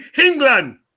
England